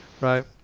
Right